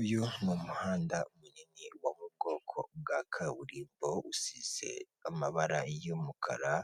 Uyu ni umuhanda munini wo mu bwoko bwa kaburimbo, usize amabara y'umukara,